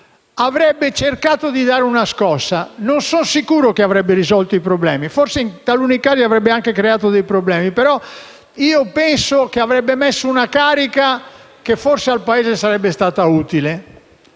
avrebbe cercato di dare una scossa. Non sono sicuro che avrebbe risolto i problemi; forse in alcuni casi li avrebbe creati, però penso che avrebbe messo una carica che forse al Paese sarebbe stata utile.